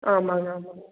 ஆமாங்க ஆமாங்க